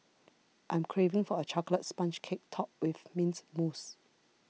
I'm craving for a Chocolate Sponge Cake Topped with Mint Mousse